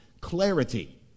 clarity